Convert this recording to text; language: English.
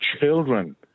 children